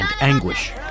anguish